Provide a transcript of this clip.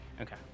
Okay